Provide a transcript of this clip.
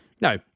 no